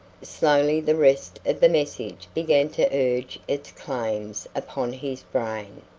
slowly the rest of the message began to urge its claims upon his brain.